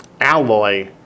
alloy